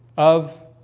of